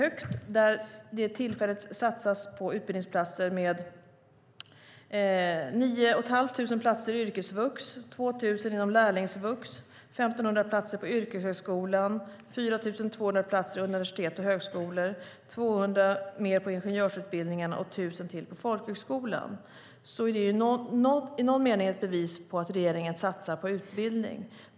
Det satsas tillfälligt på utbildningsplatser med 9 500 platser på yrkesvux, 2 000 platser på lärlingsvux, 1 500 platser på yrkeshögskolan, 4 200 platser på universitet och högskolor, 200 fler platser på ingenjörsutbildningen och 1 000 platser på folkhögskolan. Det är i någon mening ett bevis på att regeringen satsar på utbildning.